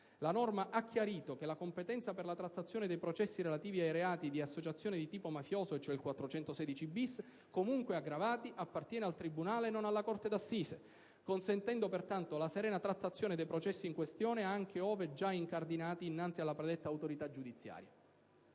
La norma ha chiarito che la competenza per la trattazione dei processi relativi ai reati di associazione di tipo mafioso, cioè il 416-*bis*, comunque aggravati, appartiene al tribunale e non alla corte d'assise, consentendo pertanto la serena trattazione dei processi in questione anche ove già incardinati innanzi alla predetta autorità giudiziaria.